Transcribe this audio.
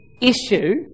issue